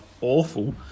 awful